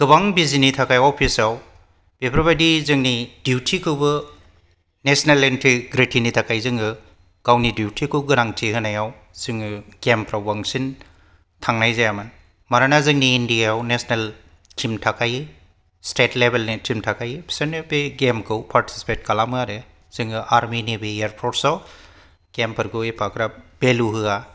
गोबां बिजिनि थाखाय अफिसाव बेफोरबायदि जोंनि डियूटिखौबो नेशनेल इंटेग्रिटिनि थाखाय जोङो गावनि डियूटिखौ गोनांथि होनायाव जोङो गेमफ्राव बांसिन थांनाय जायामोन मानोना जोंनि इन्डियायाव नेशनेल टिम थाखायो स्टेट लेवेलनि टिम थाखायो बिसोरनो बे गेमखौ पार्टिसिपेट खालामो आरो जोङो आरमिनि बे एयारफ'र्सआव गेमफोरखौ एफाग्राब वेलू होआ